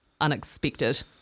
unexpected